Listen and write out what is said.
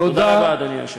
תודה רבה, אדוני היושב-ראש.